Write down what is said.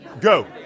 Go